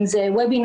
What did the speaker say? אם זה ובינרים,